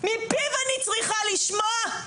מפיו אני צריכה לשמוע?